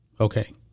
okay